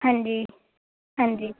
ਹਾਂਜੀ ਹਾਂਜੀ